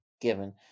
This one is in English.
given